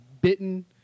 bitten